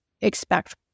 expect